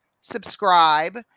subscribe